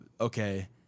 okay